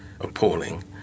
appalling